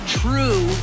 true